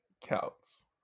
counts